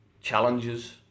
challenges